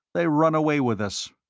they run away with us.